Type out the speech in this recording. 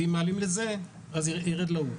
כי אם מעלים לזה אז ירד לאחר.